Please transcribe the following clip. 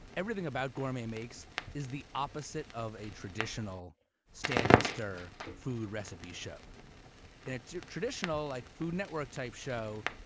everything about gourmet makes is the opposite of a traditional stand in stir food recipe show in a traditional like food network type show.